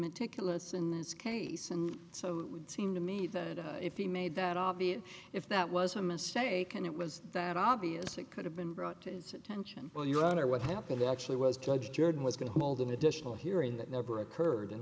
meticulous in this case and so it would seem to me that if he made that obvious if that was a mistake and it was that obvious it could have been brought to his attention well your honor what happened actually was judge jordan was going to hold an additional hearing that never occurred and